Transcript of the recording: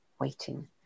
waiting